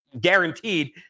guaranteed